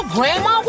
Grandma